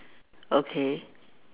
okay